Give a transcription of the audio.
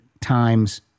times